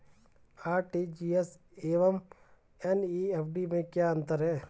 RTGS एवं NEFT में क्या अंतर है?